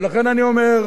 ולכן אני אומר,